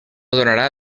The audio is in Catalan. donarà